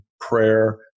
prayer